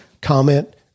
comment